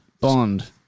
Bond